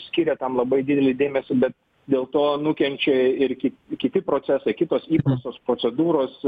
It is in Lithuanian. skiria tam labai didelį dėmesį bet dėl to nukenčia ir kiti procesai kitos įprastos procedūros